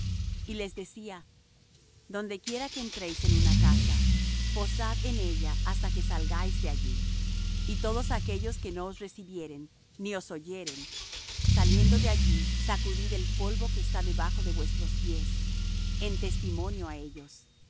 y les decía donde quiera que entréis en una casa posad en ella hasta que salgáis de allí y todos aquellos que no os recibieren ni os oyeren saliendo de allí sacudid el polvo que está debajo de vuestros pies en testimonio á ellos